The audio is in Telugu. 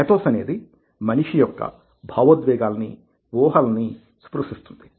పేథోస్ అనేది మనిషి యొక్క భావోద్వేగాలనీ ఊహలనీ స్పృశిస్తుంది